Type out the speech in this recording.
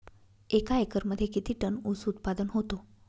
एका एकरमध्ये किती टन ऊस उत्पादन होतो?